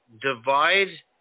divide